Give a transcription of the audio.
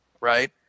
right